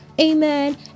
Amen